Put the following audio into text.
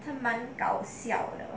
他蛮搞笑的